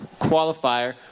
qualifier